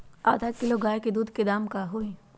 आधा किलो गाय के दूध के का दाम होई?